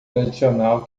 tradicional